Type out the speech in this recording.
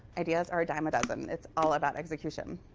ideas are a dime a dozen. it's all about execution.